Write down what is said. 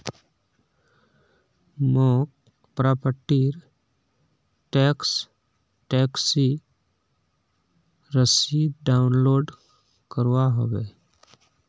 मौक प्रॉपर्टी र टैक्स टैक्सी रसीद डाउनलोड करवा होवे